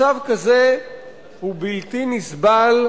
מצב כזה הוא בלתי נסבל.